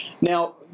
Now